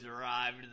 arrived